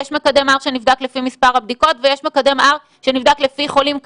יש מקדם R שנבדק לפי מספר הבדיקות ויש מקדם R שנבדק לפי חולים קשים.